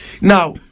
Now